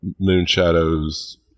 Moonshadow's